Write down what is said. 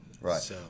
Right